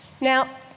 Now